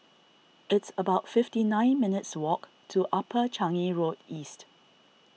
it's about fifty nine minutes' walk to Upper Changi Road East